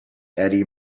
eddie